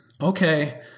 okay